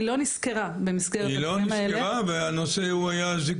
היא לא נסקרה במסגרת ה - היא לא נסקרה והנושא היה זיקוקים,